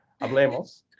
Hablemos